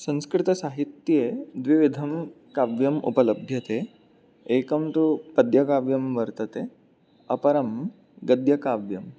संस्कृतसाहित्ये द्विविधं काव्यम् उपलभ्यते एकं तु पद्यकाव्यं वर्तते अपरं गद्यकाव्यम्